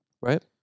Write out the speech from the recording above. Right